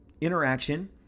interaction